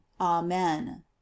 amen